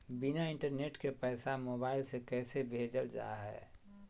बिना इंटरनेट के पैसा मोबाइल से कैसे भेजल जा है?